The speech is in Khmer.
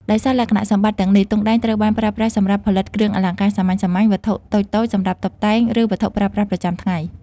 ដោយសារលក្ខណៈសម្បត្តិទាំងនេះ ទង់ដែងត្រូវបានប្រើប្រាស់សម្រាប់ផលិតគ្រឿងអលង្ការសាមញ្ញៗ វត្ថុតូចៗសម្រាប់តុបតែង ឬវត្ថុប្រើប្រាស់ប្រចាំថ្ងៃ។